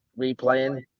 replaying